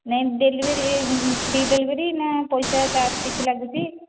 ନାଇଁ delivery free delivery ନା ପଇସା ଚାର୍ଜ୍ କିଛି ଲାଗୁଛି